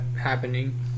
happening